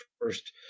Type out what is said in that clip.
first